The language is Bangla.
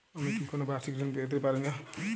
আমি কি কোন বাষিক ঋন পেতরাশুনা?